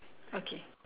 okay